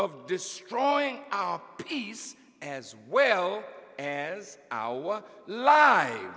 of destroying our peace as well as our li